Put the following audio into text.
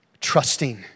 trusting